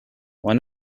one